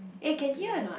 eh can hear or not